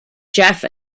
jeff